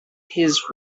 his